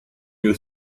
you